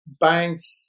banks